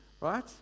right